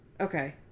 Okay